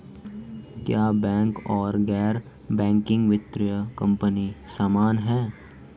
क्या बैंक और गैर बैंकिंग वित्तीय कंपनियां समान हैं?